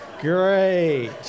Great